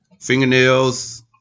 fingernails